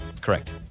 Correct